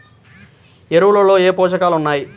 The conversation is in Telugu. ఎరువులలో ఏ పోషకాలు ఉన్నాయి?